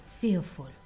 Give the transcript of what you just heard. fearful